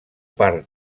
part